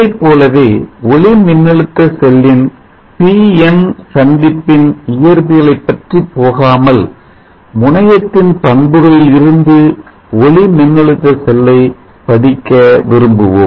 இதைப்போலவே ஒளி மின்னழுத்த செல்லின் பி என் PN சந்திப்பின் இயற்பியலை பற்றி போகாமல் முனையத்தின் பண்புகளில் இருந்து ஒளிமின்னழுத்த செல்லை படிக்க விரும்புவோம்